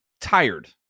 tired